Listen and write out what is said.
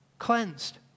cleansed